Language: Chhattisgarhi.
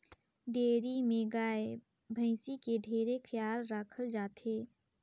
डेयरी में गाय, भइसी के ढेरे खयाल राखल जाथे